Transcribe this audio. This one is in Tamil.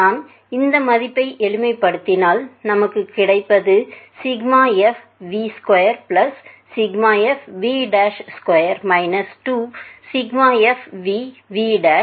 நான் இந்த மதிப்பை எளிமைப்படுத்தினால்நமக்கு கிடைப்பது fv2 fv2 2fvv ஆகும்